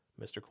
Mr